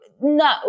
no